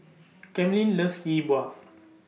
Camryn loves Yi Bua